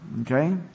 Okay